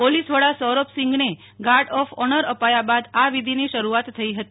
પોલીસવડા સૌરભસિંગને guard of honour અપાયા બાદ આ વિઘિની શરૂઆત થઈ હતી